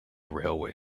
railway